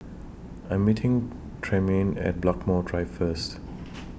I Am meeting Tremaine At Blackmore Drive First